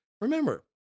Remember